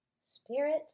spirit